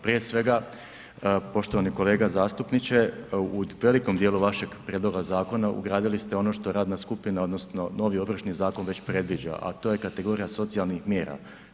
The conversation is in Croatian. Prije svega, poštovani kolega zastupniče, u velikom djelu vašeg prijedloga zakona ugradili ste ono što radna skupina odnosno novi Ovršni zakon već predviđa a to je kategorija socijalnih mjera.